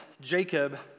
Jacob